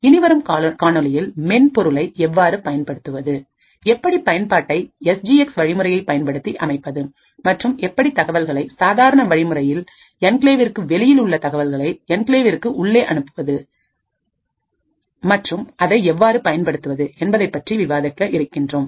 இனிவரும் காணொளியில் மென்பொருளை எவ்வாறு பயன்படுத்துவது எப்படி பயன்பாட்டை எஸ் ஜி எக்ஸ் வழிமுறையை பயன்படுத்தி அமைப்பது மற்றும் எப்படி தகவல்களை சாதாரண வழிமுறையில் என்கிளேவிற்கு வெளியில் உள்ள தகவல்களை என்கிளேவிற்கு உள்ளே அனுப்புவது மற்றும் அதனை எவ்வாறு பயன்படுத்துவது என்பதைப் பற்றி விவாதிக்க இருக்கின்றோம்